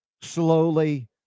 slowly